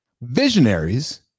Visionaries